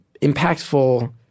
impactful